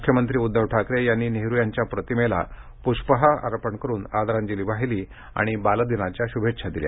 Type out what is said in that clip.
मुख्यमंत्री उद्धव ठाकरे यांनी नेहरु यांच्या प्रतिमेला पुष्पहार अर्पण करून आदरांजली वाहिली आणि बालदिनाच्या शुभेच्छा दिल्या